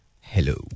hello